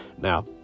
Now